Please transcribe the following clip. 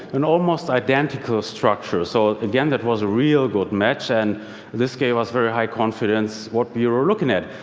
an almost identical structure. so again, that was a real good match. and this gave us very high confidence for what we were looking at.